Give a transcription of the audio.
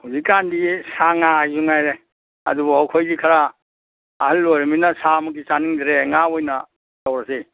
ꯍꯧꯖꯤꯛ ꯀꯥꯟꯗꯤ ꯁꯥ ꯉꯥ ꯍꯥꯏꯁꯨ ꯉꯥꯏꯔꯦ ꯑꯗꯨꯕꯨ ꯑꯩꯈꯣꯏꯗꯤ ꯈꯔ ꯑꯍꯜ ꯑꯣꯏꯔꯃꯤꯅ ꯁꯥ ꯃꯛꯇꯤ ꯆꯥꯅꯤꯡꯗ꯭ꯔꯦ ꯉꯥ ꯑꯣꯏꯅ ꯇꯧꯔꯁꯦ